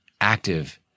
active